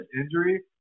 injury